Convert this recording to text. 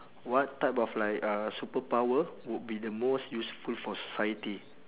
what type of like uh superpower would be the most useful for society